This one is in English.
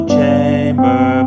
Chamber